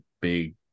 big